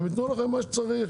הם ייתנו לכם מה שצריך.